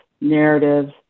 narratives